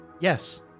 Yes